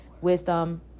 wisdom